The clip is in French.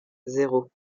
zéro